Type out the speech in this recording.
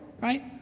right